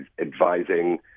advising